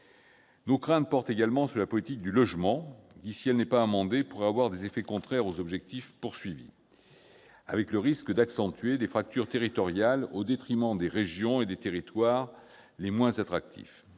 Nos craintes portent également sur la politique du logement, qui, si elle n'est pas amendée, pourrait avoir des effets contraires aux objectifs poursuivis : le risque est d'accentuer les fractures territoriales au détriment des régions et des territoires les moins attractifs.